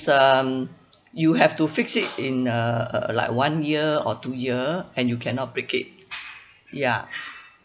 um you have to fix it in uh like one year or two year and you cannot break it ya